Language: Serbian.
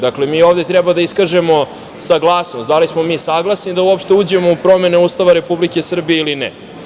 Dakle, mi ovde treba da iskažemo saglasnost, da li smo mi saglasni da uopšte uđemo u promene Ustava Republike Srbije ili ne.